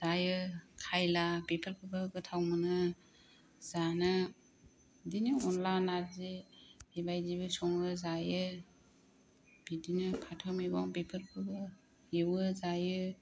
जायो खायला बेफोरखौबो गोथाव मोनो जानो बिदिनो अनला नारजि बेबायदिबो सङो जायो बिदिनो फाथो मैगं बेफोरखौबो एवो जायो